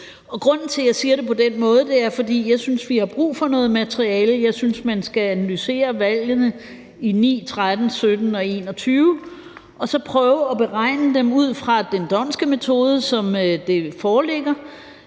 Grunden til, at jeg siger det på den måde, er, at jeg synes, at vi har brug for noget materiale. Jeg synes, man skal analysere valgene i 2009, 2013, 2017 og 2021 og så prøve at beregne resultatet af dem ud fra den d'Hondtske metode, som er den